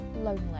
lonely